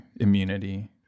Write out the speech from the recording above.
immunity